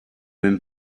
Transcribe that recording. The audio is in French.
même